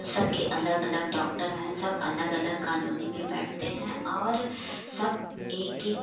सबके अलग अलग डॉक्टर हैं सब अलग अलग कालोनी में बैठते हैं और सब एक एक